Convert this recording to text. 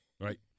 Right